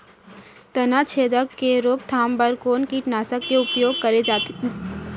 तनाछेदक के रोकथाम बर कोन कीटनाशक के उपयोग करे जाये?